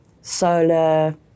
solar